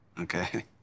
okay